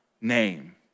name